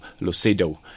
Lucido